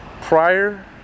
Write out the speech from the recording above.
prior